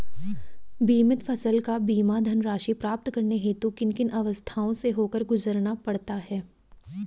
बीमित फसल का बीमा धनराशि प्राप्त करने हेतु किन किन अवस्थाओं से होकर गुजरना पड़ता है?